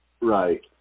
Right